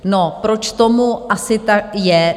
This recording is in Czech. No, proč tomu asi tak je?